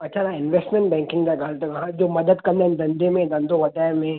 अच्छा तव्हां investment banking जा ॻाल्हि अथव हा जो मदद कंदा आहिनि धंधे में धंधो वधाइणु में